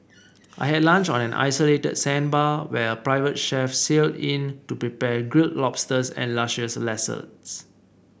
I had lunch on an isolated sandbar where a private chef sailed in to prepare grilled lobsters and luscious salads